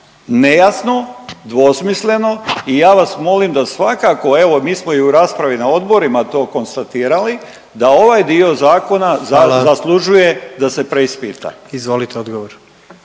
nejasno, dvosmisleno i ja vas molim da svakako evo mi smo i u raspravi na odborima to konstatirali da ovaj dio zakona zaslužuje …/Upadica predsjednik: